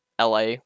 LA